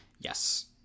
Yes